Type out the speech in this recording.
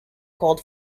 called